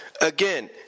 again